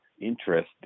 interest